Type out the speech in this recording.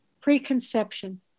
preconception